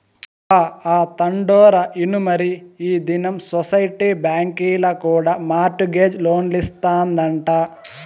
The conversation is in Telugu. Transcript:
బా, ఆ తండోరా ఇనుమరీ ఈ దినం సొసైటీ బాంకీల కూడా మార్ట్ గేజ్ లోన్లిస్తాదంట